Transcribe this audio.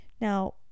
Now